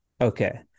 Okay